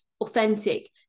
authentic